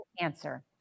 answer